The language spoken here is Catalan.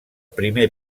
primer